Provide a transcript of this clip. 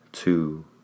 two